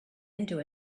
into